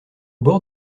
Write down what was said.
bord